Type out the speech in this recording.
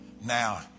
now